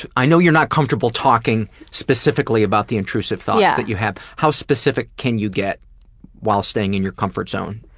i know you're not comfortable talking specifically about the intrusive thoughts yeah but you have. how specific can you get while staying in your comfort zone?